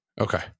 Okay